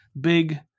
big